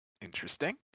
interesting